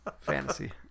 fantasy